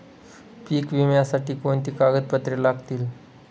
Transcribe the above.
पीक विम्यासाठी कोणती कागदपत्रे लागतील?